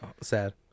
Sad